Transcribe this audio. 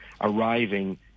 arriving